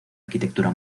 arquitectura